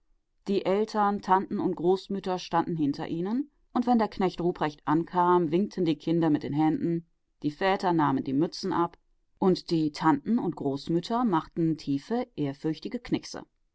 die eltern tanten und großmütter standen hinter ihnen und wenn der knecht ruprecht ankam winkten die kinder mit den händen die väter nahmen die mützen ab und die tanten und großmütter machten